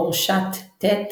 אורשת ט,